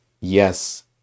yes